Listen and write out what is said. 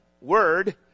Word